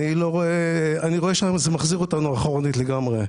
אני רואה שזה מחזיר אותנו אחורנית לגמרי,